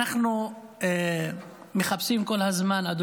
אנחנו מחפשים כל הזמן תשובות,